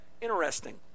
interesting